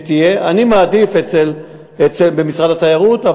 אני מעדיף במשרד התיירות,